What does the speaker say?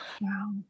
wow